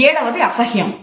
ఏడవది అసహ్యం